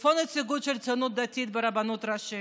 איפה הנציגות של הציונות הדתית ברבנות הראשית?